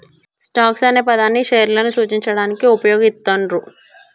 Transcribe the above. stocks అనే పదాన్ని షేర్లను సూచించడానికి వుపయోగిత్తండ్రు